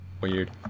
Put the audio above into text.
weird